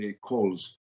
calls